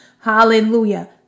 Hallelujah